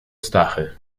stachy